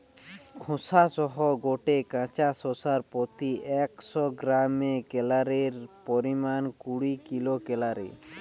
খোসা সহ গটে কাঁচা শশার প্রতি একশ গ্রামে ক্যালরীর পরিমাণ কুড়ি কিলো ক্যালরী